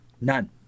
None